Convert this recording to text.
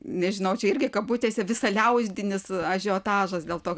nežinau čia irgi kabutėse visaliaudinis ažiotažas dėl to